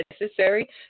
necessary